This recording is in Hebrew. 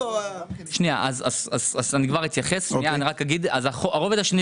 הרובד השלישי